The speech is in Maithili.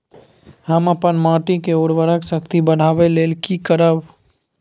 हम अपन माटी के उर्वरक शक्ति बढाबै लेल की करब?